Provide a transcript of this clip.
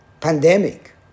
pandemic